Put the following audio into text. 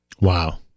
Wow